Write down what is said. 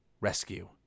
rescue